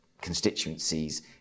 constituencies